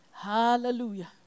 Hallelujah